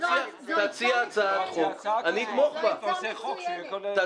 זאת הצעה מצוינת.